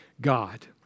God